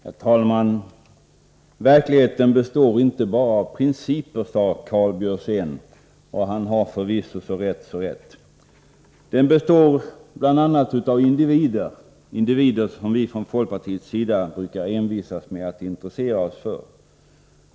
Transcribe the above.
Herr talman! Verkligheten består inte bara av principer, sade Karl Björzén. Han har förvisso så rätt. Den består bl.a. av individer, som vi från folkpartiet brukar envisas med att intressera oss för.